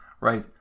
right